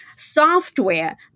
Software